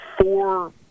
four